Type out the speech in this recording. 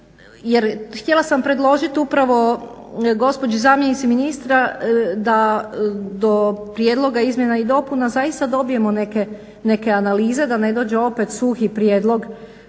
htjela sam predložiti upravo gospođi zamjenici ministra da do prijedloga izmjena i dopuna zaista dobijemo neke analize, da ne dođe opet suhi prijedlog